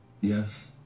Yes